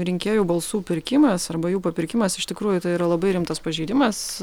rinkėjų balsų pirkimas arba jų papirkimas iš tikrųjų tai yra labai rimtas pažeidimas